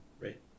right